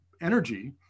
energy